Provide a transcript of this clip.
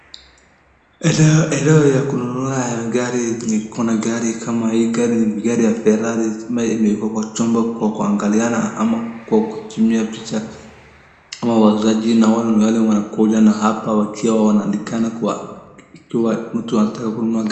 Eneo ya kununua ya gari kuna gari kama hii gari ya Ferari kuwa imeekwa kwa chombo kuangaliana ama kwa kutumiana picha au wauzaji naona wakiwa wanakuja na hapa wakiwa wanandikana kwa mtu anataka kununua gari.